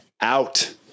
Out